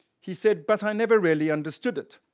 he said, but i never really understood it.